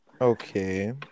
Okay